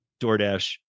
DoorDash